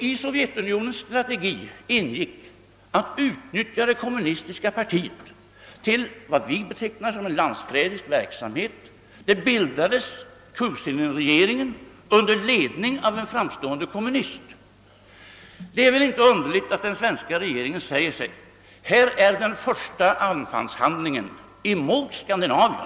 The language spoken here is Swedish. I Sovjetunionens strategi ingick att utnyttja det kommunistiska partiet till vad vi betecknar som en landsförrädisk verksamhet. Kuusinénregeringen bildades under ledning av en framstående kommunist. Det är väl inte underligt att den svenska regeringen då säger sig: Det här är den första anfallsgärningen emot Skandinavien.